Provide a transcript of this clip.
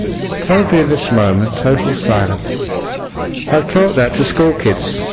totally at this moment, total silence i taught that to school kids